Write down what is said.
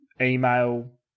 email